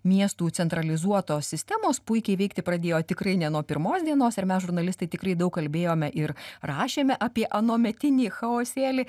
miestų centralizuotos sistemos puikiai veikti pradėjo tikrai ne nuo pirmos dienos ir mes žurnalistai tikrai daug kalbėjome ir rašėme apie anuometinį chaosėli